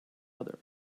other